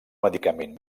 medicament